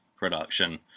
production